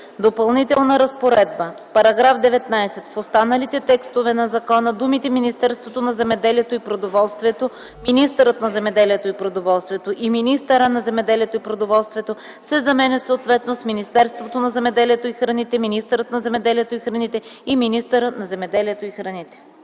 „Допълнителна разпоредба § 19. В останалите текстове на закона думите „Министерството на земеделието и продоволствието”, „министърът на земеделието и продоволствието” и „министъра на земеделието и продоволствието” се заменят съответно с „Министерството на земеделието и храните”, „министърът на земеделието и храните” и „министъра на земеделието и храните”.”